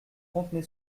fontenay